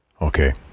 okay